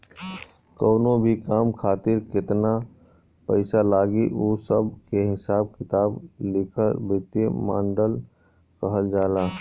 कवनो भी काम खातिर केतन पईसा लागी उ सब के हिसाब किताब लिखल वित्तीय मॉडल कहल जाला